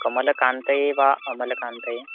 कमलकान्तये वा अमलकान्तये